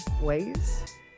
ways